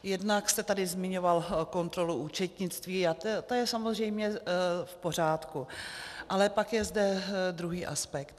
Jednak jste tady zmiňoval kontrolu účetnictví a to je samozřejmě v pořádku, ale pak je zde druhý aspekt.